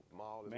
mall